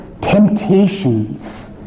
temptations